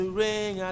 ring